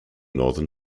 northern